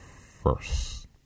first